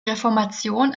reformation